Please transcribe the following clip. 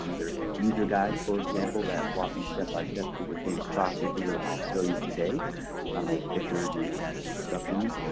um there's user guides, for example, that walk you step-by-step through the same processes that i'll show you today um with pictures and and instructions.